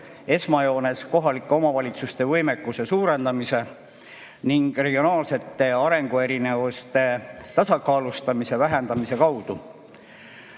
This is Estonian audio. esmajoones kohalike omavalitsuste võimekuse suurendamise ning regionaalsete arenguerinevuste tasakaalustamise vähendamise